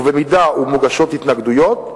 ובמידה שמוגשות התנגדויות,